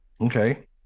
Okay